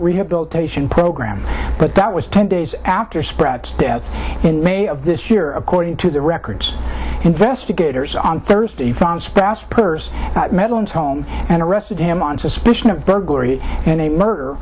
rehabilitation program but that was ten days after spread death in may of this year according to the records investigators on thursday found sprouse purse madeline's home and arrested him on suspicion of burglary and murder